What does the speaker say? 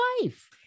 wife